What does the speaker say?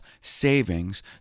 savings